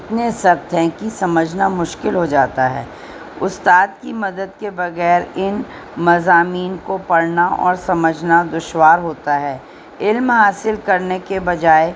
اتنے سخت ہیں کی سمجھنا مشکل ہو جاتا ہے استاد کی مدد کے بغیر ان مضامین کو پڑھنا اور سمجھنا دشوار ہوتا ہے علم حاصل کرنے کے بجائے